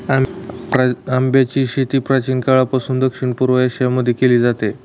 आंब्याची शेती प्राचीन काळापासून दक्षिण पूर्व एशिया मध्ये केली जाते